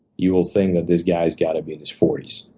you will think that this guy's gotta be in his forty s.